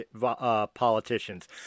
politicians